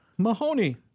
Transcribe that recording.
Mahoney